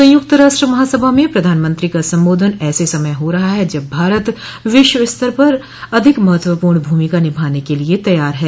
संयुक्त राष्ट्र महासभा में प्रधानमंत्री का संबोधन ऐसे समय हो रहा है जब भारत विश्व स्तर पर अधिक महत्वपूर्ण भूमिका निभाने के लिए तैयार है